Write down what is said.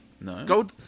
No